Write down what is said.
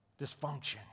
dysfunction